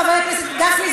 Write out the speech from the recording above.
חבר הכנסת גפני,